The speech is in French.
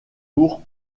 bourg